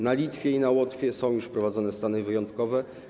Na Litwie i na Łotwie są już wprowadzone stany wyjątkowe.